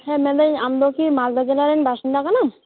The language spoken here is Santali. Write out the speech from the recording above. ᱦᱮᱸ ᱢᱮᱱᱫᱟᱹᱧ ᱟᱢ ᱫᱚ ᱠᱤ ᱢᱟᱞᱫᱟ ᱡᱮᱞᱟ ᱨᱮᱱ ᱵᱟᱥᱤᱱᱫᱟ ᱠᱟᱱᱟᱢ